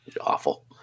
Awful